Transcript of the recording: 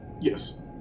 Yes